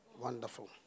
Wonderful